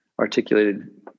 articulated